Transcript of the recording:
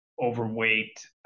Overweight